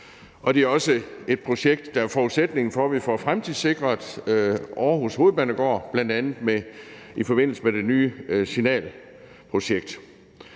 og det er jo også et projekt, der er forudsætningen for, at vi får fremtidssikret Aarhus Hovedbanegård, bl.a. i forbindelse med det nye signalprojekt.